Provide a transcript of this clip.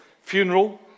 funeral